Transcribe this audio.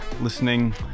listening